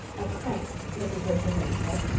a crank, mrs. rachel lynde said.